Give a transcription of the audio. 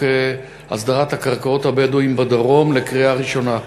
הסדרת קרקעות הבדואים בדרום לקריאה ראשונה.